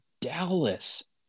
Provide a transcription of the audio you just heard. Dallas